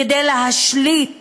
כדי להשליט